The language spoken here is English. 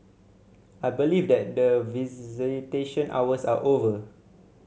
I believe that the visitation hours are over